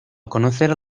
conocer